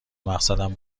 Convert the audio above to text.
مقصدم